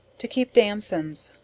to keep damsons.